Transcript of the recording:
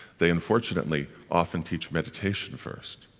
they unfortunately often teach meditation first.